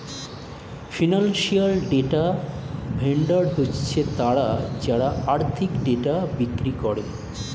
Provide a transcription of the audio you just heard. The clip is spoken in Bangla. ফিনান্সিয়াল ডেটা ভেন্ডর হচ্ছে তারা যারা আর্থিক ডেটা বিক্রি করে